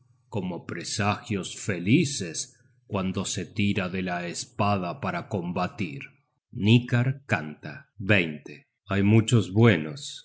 como presagios felices cuando se tira de la espada para combatir hnikar canta hay muchos buenos